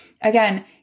again